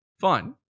fun